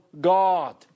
God